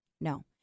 No